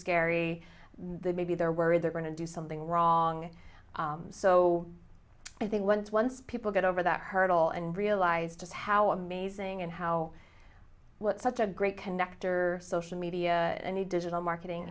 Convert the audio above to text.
scary the maybe they're worried they're going to do something wrong so i think once once people get over that hurdle and realized just how amazing and how such a great connector social media and the digital marketing